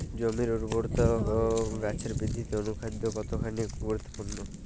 জমির উর্বরতা ও গাছের বৃদ্ধিতে অনুখাদ্য কতখানি গুরুত্বপূর্ণ?